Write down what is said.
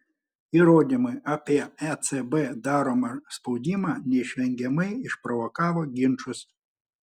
įrodymai apie ecb daromą spaudimą neišvengiamai išprovokavo ginčus